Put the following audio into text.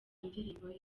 indirimbo